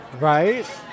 Right